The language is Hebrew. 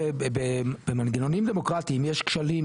במנגנונים דמוקרטיים יש כשלים,